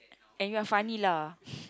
and you're funny lah